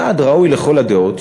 יעד ראוי לכל הדעות,